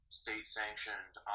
state-sanctioned